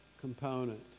component